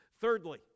Thirdly